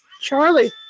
Charlie